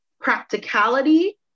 practicality